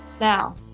Now